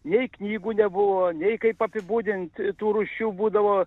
nei knygų nebuvo nei kaip apibūdint tų rūšių būdavo